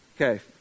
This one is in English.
Okay